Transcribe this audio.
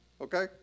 Okay